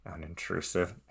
Unintrusive